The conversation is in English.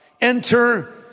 Enter